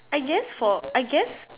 I guess for I guess